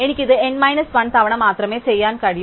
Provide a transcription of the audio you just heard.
എനിക്ക് ഇത് n 1 തവണ മാത്രമേ ചെയ്യാൻ കഴിയൂ